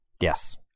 Yes